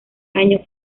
año